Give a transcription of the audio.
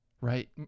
Right